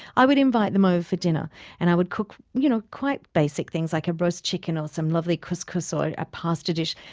i would invite them over for dinner and i would cook you know quite basic things like a roast chicken, some lovely couscous or a pasta dish.